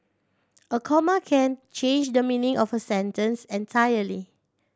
a comma can change the meaning of a sentence entirely